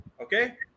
Okay